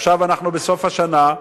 עכשיו אנחנו בסוף השנה,